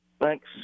thanks